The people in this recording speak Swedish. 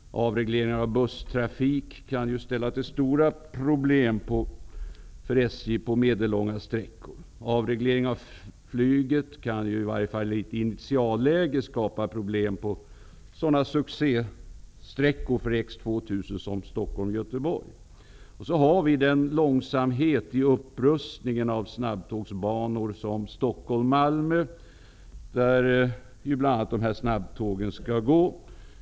Avregleringen av busstrafik kan ställa till stora problem för SJ i fråga om medellånga sträckor. Avregleringen av flyget kan i varje fall i ett initialläge skapa problem på en sådan succésträcka för X 2000 som Stockholm-- Göteborg. Dessutom finns det en långsamhet i upprustningen av en sådan snabbtågsbana som X 2000 skall gå.